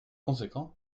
conséquent